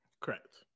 Correct